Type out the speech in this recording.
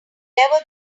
never